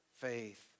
faith